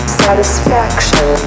satisfaction